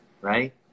right